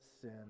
sin